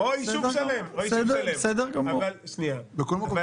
לא היה תקציב זמן רב והממשלה הזאת באה ואמרה